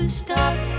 stop